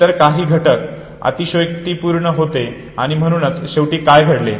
इतर काही घटक अतिशयोक्तीपुर्ण होते आणि म्हणूनच शेवटी काय घडले